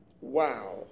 Wow